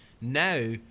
Now